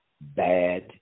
bad